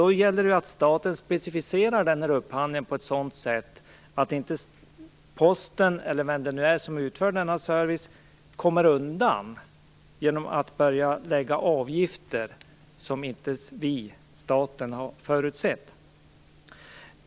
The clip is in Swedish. Då gäller det att staten specificerar upphandlingen på ett sådant sätt att inte Posten, eller vem det nu är som utför denna service, kommer undan genom att börja debitera avgifter som inte vi, staten, har förutsett.